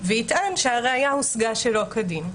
ויטען שהראיה הושגה שלא כדין.